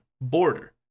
border